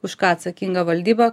už ką atsakinga valdyba